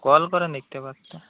call করে নিতে পারতে